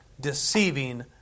Deceiving